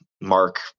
Mark